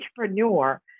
entrepreneur